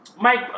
Mike